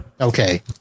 Okay